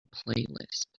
playlist